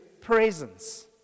presence